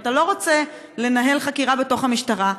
אם אתה לא רוצה לנהל חקירה בתוך המשטרה,